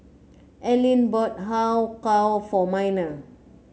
Alleen bought Har Kow for Minor